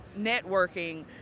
networking